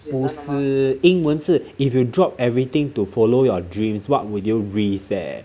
不是英文是 if you drop everything to follow your dreams what would you risk leh